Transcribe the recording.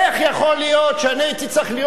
איך יכול להיות שאני הייתי צריך להיות